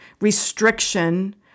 restriction